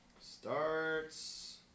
starts